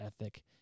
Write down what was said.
ethic